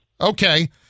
Okay